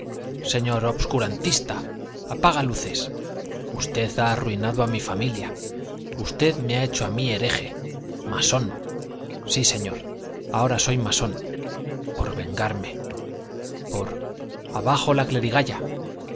señor obscurantista apaga luces usted ha arruinado a mi familia usted me ha hecho a mí hereje masón sí señor ahora soy masón por vengarme por abajo la